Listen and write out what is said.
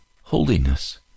holiness